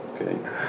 Okay